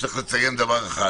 צריך לציין דבר אחד,